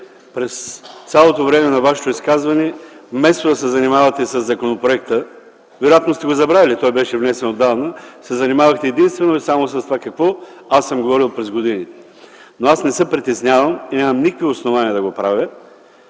през цялото време на изказването си вместо да се занимавате със законопроекта - вероятно сте го забравили, той беше внесен отдавна, се занимавахте единствено и само с това какво аз съм говорил през годините. Но аз не се притеснявам от това, което съм говорил, и нямам никакви основания да го правя.